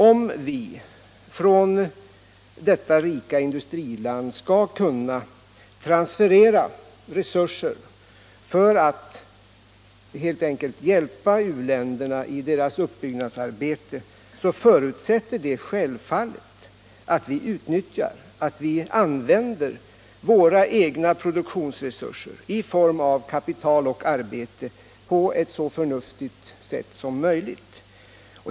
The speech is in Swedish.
Om vi från detta rika industriland skall kunna transferera resurser helt enkelt för att hjälpa u-länderna i deras uppbyggnadsarbete, förutsätter det självfallet att vi utnyttjar våra egna produktionsresurser i form av kapital och arbete på ett så förnuftigt sätt som möjligt.